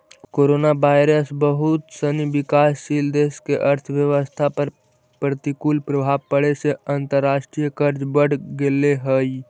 coronavirus बहुत सनी विकासशील देश के अर्थव्यवस्था पर प्रतिकूल प्रभाव पड़े से अंतर्राष्ट्रीय कर्ज बढ़ गेले हई